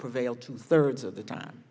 prevail two thirds of the time